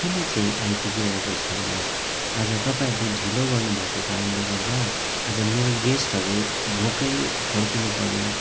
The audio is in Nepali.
किन चाहिँ आइपुगिरहेको छैन आज तपाईँहरूले ढिलो गर्नु भएको कारणले गर्दा आज मेरो गेस्टहरू भोकै फर्किनु पर्ने